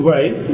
Right